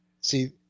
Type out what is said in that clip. See